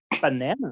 banana